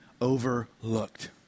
overlooked